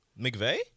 McVeigh